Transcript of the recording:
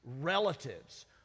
relatives